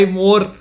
more